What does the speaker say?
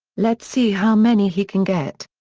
let's see how many he can get.